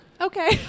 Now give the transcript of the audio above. Okay